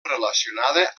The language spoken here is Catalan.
relacionada